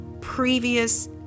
previous